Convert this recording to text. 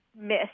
miss